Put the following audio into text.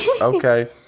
Okay